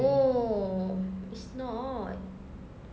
no it's not